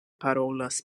parolas